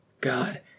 god